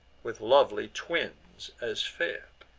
with lovely twins as fair.